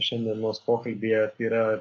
šiandienos pokalbyje yra